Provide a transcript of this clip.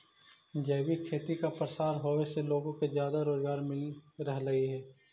जैविक खेती का प्रसार होवे से लोगों को ज्यादा रोजगार मिल रहलई हे